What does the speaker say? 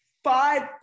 Five